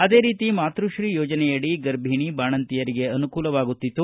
ಅದೇ ರೀತಿ ಮಾತ್ಪಶ್ರೀ ಯೋಜನೆಯಡಿ ಗರ್ಭಣಿ ಬಾಣಂತಿಯರಿಗೆ ಅನುಕೂಲವಾಗುತ್ತಿತ್ತು